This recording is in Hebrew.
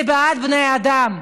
זה בעד בני אדם.